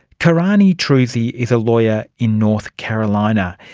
karonnie truzy is a lawyer in north carolina.